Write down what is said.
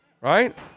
Right